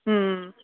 ಹ್ಞೂ